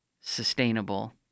sustainable